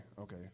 okay